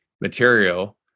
material